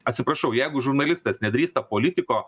atsiprašau jeigu žurnalistas nedrįsta politiko